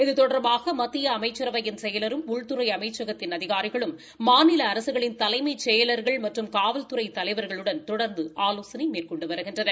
இது தொடர்பாக மத்திய அமைச்சரவையின் செயலரும் உள்துறை அமைச்சகத்தின் அதிகாரிகளும் மாநில அரசுகளின் தலைமைச் செயல்கள் மற்றும் காவல்துறை தலைவா்களுடன் தொடா்ந்து ஆலோசனை மேற்கொண்டு வருகின்றனர்